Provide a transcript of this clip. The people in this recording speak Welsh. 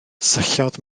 syllodd